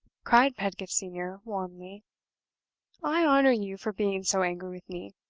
cried pedgift senior, warmly i honor you for being so angry with me.